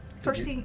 First